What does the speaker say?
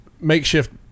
makeshift